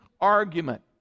argument